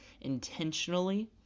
intentionally